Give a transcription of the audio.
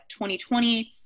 2020